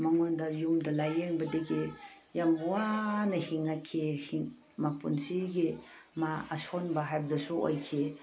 ꯃꯉꯣꯟꯗ ꯌꯨꯝꯗ ꯂꯥꯏꯌꯦꯡꯕꯗꯒꯤ ꯌꯥꯝ ꯋꯥꯅ ꯍꯤꯡꯉꯛꯈꯤ ꯃꯄꯨꯟꯁꯤꯒꯤ ꯃꯥ ꯑꯁꯣꯟꯕ ꯍꯥꯏꯕꯗꯨꯁꯨ ꯑꯣꯏꯈꯤ